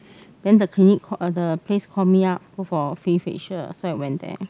then the clinic the place call me up go for free facial so I went there